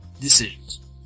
Decisions